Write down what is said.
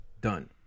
Done